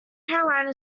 carolina